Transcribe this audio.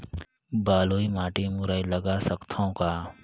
बलुही माटी मे मुरई लगा सकथव का?